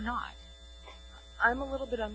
not i'm a little bit